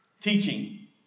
teaching